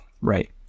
Right